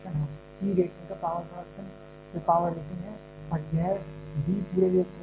P reactor का power production या power rating है और यह V पूरे रिएक्टर का वॉल्यूम है